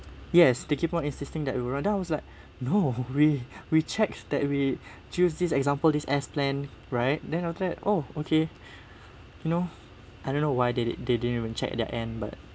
yes they keep on insisting that you then I was like no way we checks that we choose this example is S plan right then after that oh okay you know I don't know why they didn't they didn't even check their end but